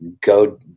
go